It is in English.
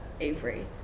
Avery